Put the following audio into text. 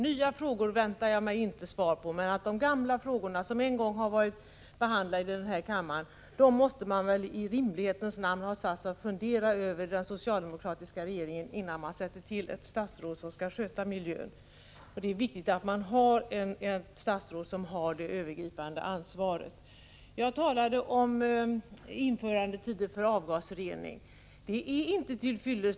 Några nya frågor väntar jag mig inte svar på, men de gamla frågorna, som en gång har varit behandlade här i kammaren, måste man väl i rimlighetens namn ha satt sig att fundera över i den socialdemokratiska regeringen innan man tillsatte ett statsråd som skall sköta miljön? Det är viktigt att ha ett statsråd som har det övergripande ansvaret. Jag talade om införandetider för avgasrening.